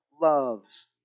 loves